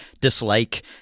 dislike